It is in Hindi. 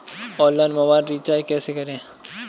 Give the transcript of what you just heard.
ऑनलाइन मोबाइल रिचार्ज कैसे करें?